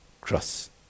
cross